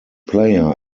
player